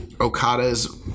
Okada's